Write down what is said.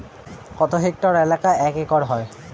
কত হেক্টর এলাকা এক একর হয়?